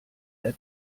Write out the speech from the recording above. der